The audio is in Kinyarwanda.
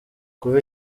kuva